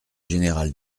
général